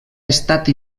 estat